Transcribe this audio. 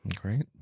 Great